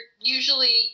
usually